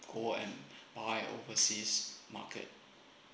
go and buy oversea market